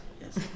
Yes